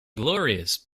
glorious